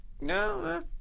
No